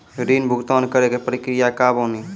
ऋण भुगतान करे के प्रक्रिया का बानी?